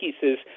pieces